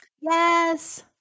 Yes